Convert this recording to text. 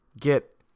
get